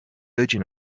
virgin